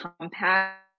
compact